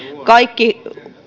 kaikki